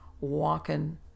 walking